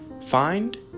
Find